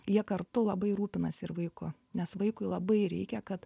jie kartu labai rūpinasi ir vaiku nes vaikui labai reikia kad